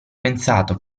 pensato